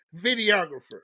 videographer